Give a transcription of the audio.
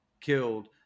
killed